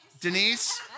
Denise